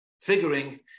figuring